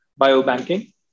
biobanking